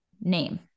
name